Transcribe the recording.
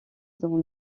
dans